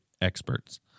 experts